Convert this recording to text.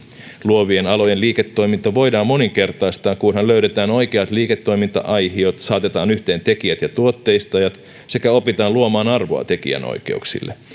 luovien alojen liiketoiminta voidaan moninkertaistaa kunhan löydetään oikeat liiketoiminta aihiot saatetaan yhteen tekijät ja tuotteistajat sekä opitaan luomaan arvoa tekijänoikeuksille